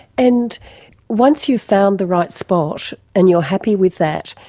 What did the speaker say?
and once you've found the right spot and you're happy with that,